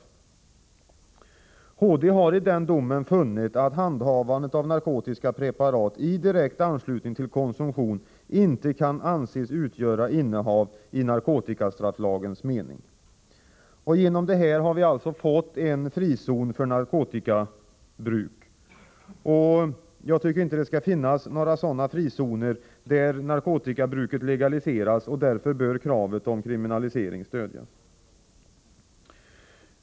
Högsta domstolen har i den domen funnit att handhavandet av narkotiska preparat i direkt anslutning till konsumtion inte kan anses utgöra innehav i narkotikastrafflagens mening. Härigenom har vi fått en frizon för narkotikabruk. Jag tycker inte att det skall finnas några frizoner där narkotikabruket legaliseras, och därför bör kravet på kriminalisering stödjas.